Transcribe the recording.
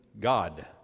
God